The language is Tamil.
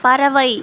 பறவை